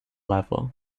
level